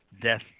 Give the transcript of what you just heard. death